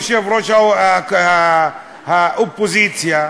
יושב-ראש האופוזיציה,